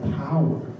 power